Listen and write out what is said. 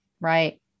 Right